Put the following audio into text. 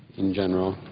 in general,